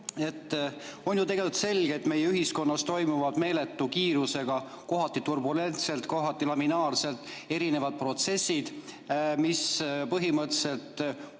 On ju selge, et meie ühiskonnas toimuvad meeletu kiirusega, kohati turbulentselt, kohati laminaarselt erinevad protsessid, mis põhimõtteliselt